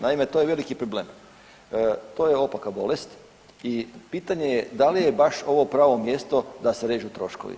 Naime, to je veliki problem, to je opaka bolest i pitanje je da li je baš ovo pravo mjesto da se režu troškovi.